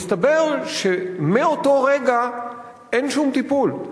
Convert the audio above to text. מסתבר שמאותו רגע אין שום טיפול,